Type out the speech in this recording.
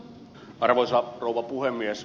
arvoisa rouva puhemies